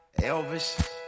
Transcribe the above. Elvis